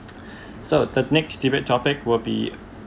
so the next debate topic will be